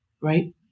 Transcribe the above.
Right